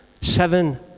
Seven